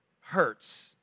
hurts